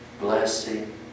blessing